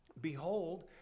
Behold